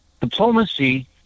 Diplomacy